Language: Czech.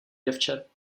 děvče